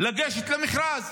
לגשת למכרז,